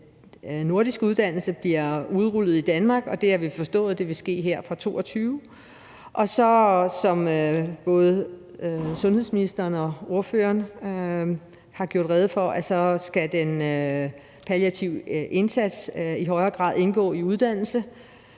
nordiske uddannelse bliver udrullet i Danmark, og det har vi forstået vil ske her fra 2022. Som både sundhedsministeren og ordføreren for forslagsstillerne har gjort rede for, skal den palliative indsats i højere grad indgå i uddannelsen